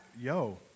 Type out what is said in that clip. Yo